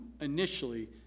initially